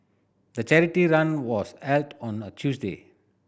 the charity run was held on a Tuesday